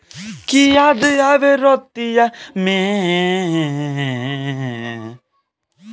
प्रधानमंत्री जीवन ज्योति बीमा योजना कैसे अप्लाई करेम?